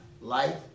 Life